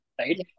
right